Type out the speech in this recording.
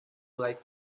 like